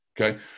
okay